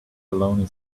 baloney